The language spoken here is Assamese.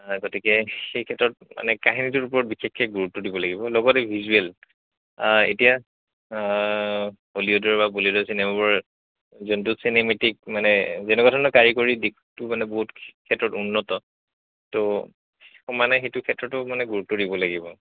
অঁ গতিকে সেই ক্ষেত্ৰত মানে কাহিনীটোৰ ওপৰত বিশেষকে গুৰুত্ব দিব লাগিব লগতে ভিজুৱেল এতিয়া হলিউডৰ বা বলিউডৰ চিনেমাবোৰ যোনটো চিনেমেটিক মানে যেনেকুৱা ধৰণৰ কাৰিকৰী দিশটো মানে বহুত ক্ষেত্ৰত উন্নত তো সমানে সেইটো ক্ষেত্ৰতো মানে গুৰুত্ব দিব লাগিব